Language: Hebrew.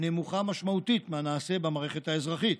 נמוכה משמעותית מהנעשה במערכת האזרחית.